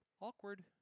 Awkward